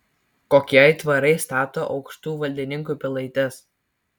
kokie aitvarai stato aukštų valdininkų pilaites